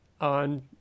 on